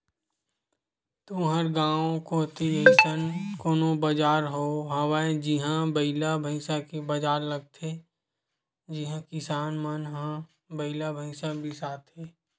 तुँहर गाँव कोती अइसन कोनो बजार हवय जिहां बइला भइसा के बजार लगथे जिहां किसान मन ह बइला भइसा बिसाथे